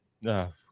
No